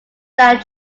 that